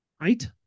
Right